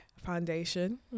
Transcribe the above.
foundation